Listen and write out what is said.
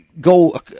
go